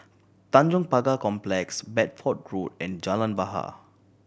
Tanjong Pagar Complex Bedford Road and Jalan Bahar